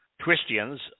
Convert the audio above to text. Christians